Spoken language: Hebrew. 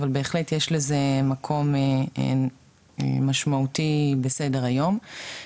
אבל בהחלט יש לזה מקום משמעותי בסדר היום.